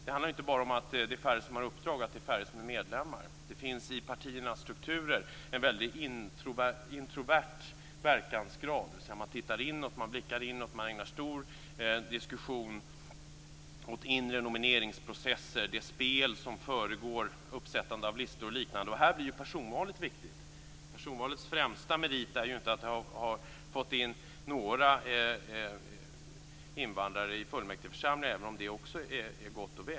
Det handlar inte bara om att det är färre som har uppdrag, att det är färre som är medlemmar. Det finns i partiernas strukturer en väldig introvert verkansgrad. Man tittar inåt, man blickar inåt. Man ägnar stor diskussion åt inre nomineringsprocesser, det spel som föregår uppsättande av listor. Här blir personvalet viktigt. Personvalets främsta merit är inte att det har fått in några invandrare i fullmäktigeförsamlingar, även om det också är gott och väl.